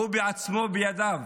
הוא בעצמו בידיו